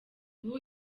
ubu